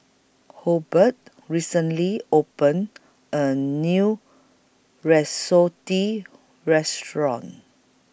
Hobert recently opened A New Risotto Restaurant